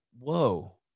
whoa